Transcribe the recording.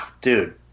dude